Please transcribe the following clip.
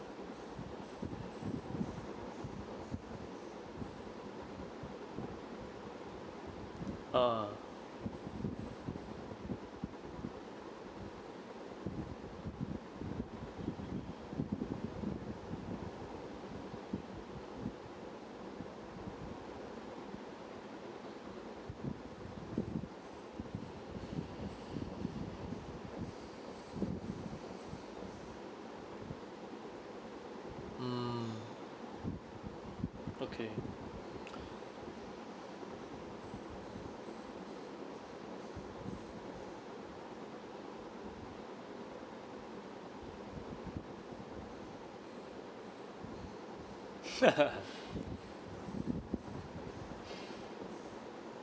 uh mm okay